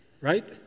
right